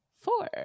four